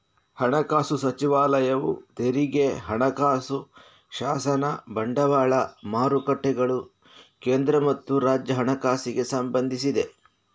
ಹಣಕಾಸು ಸಚಿವಾಲಯವು ತೆರಿಗೆ, ಹಣಕಾಸು ಶಾಸನ, ಬಂಡವಾಳ ಮಾರುಕಟ್ಟೆಗಳು, ಕೇಂದ್ರ ಮತ್ತು ರಾಜ್ಯ ಹಣಕಾಸಿಗೆ ಸಂಬಂಧಿಸಿದೆ